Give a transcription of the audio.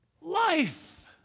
life